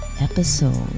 episode